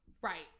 right